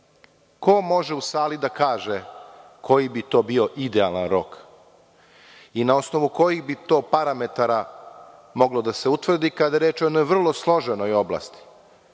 može u sali da kaže koji bi to bio idealan rok i na osnovu kojih bi to parametara moglo da se utvrdi, kada je reč o jednoj vrlo složenoj oblasti